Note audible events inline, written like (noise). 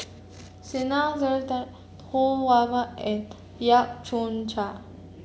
(unintelligible) Ho Wan Ma and Yap Chong Chuan